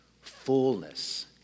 fullness